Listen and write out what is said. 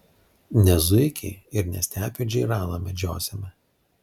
ne zuikį ir ne stepių džeiraną medžiosime